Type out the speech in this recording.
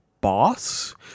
boss